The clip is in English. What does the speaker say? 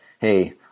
hey